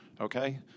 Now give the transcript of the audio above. Okay